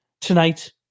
tonight